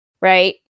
Right